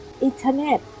internet